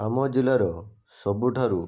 ଆମ ଜିଲ୍ଲାର ସବୁଠାରୁ